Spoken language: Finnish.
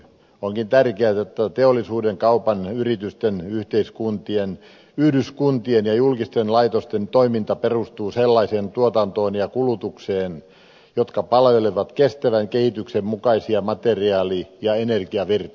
onkin tärkeätä että teollisuuden kaupan yritysten yhdyskuntien ja julkisten laitosten toiminta perustuu sellaiseen tuotantoon ja kulutukseen joka palvelee kestävän kehityksen mukaisia materiaali ja energiavirtoja